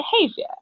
behavior